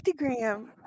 Instagram